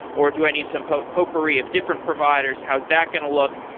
or do i need some popery of different providers. how's that going to look?